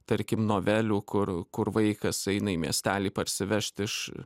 tarkim novelių kur kur vaikas eina į miestelį parsivežt iš